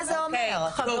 טוב,